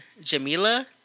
jamila